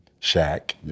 Shaq